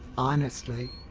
honestly,